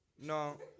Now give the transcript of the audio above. no